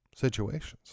situations